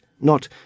Not